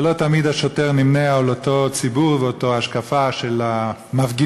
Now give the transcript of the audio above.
כשלא תמיד השוטר נמנה עם אותו ציבור ואותה השקפה של המפגינים,